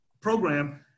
program